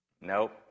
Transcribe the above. Nope